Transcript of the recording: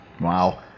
Wow